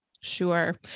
Sure